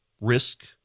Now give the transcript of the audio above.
risk